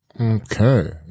Okay